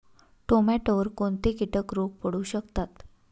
टोमॅटोवर कोणते किटक रोग पडू शकतात?